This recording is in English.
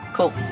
Cool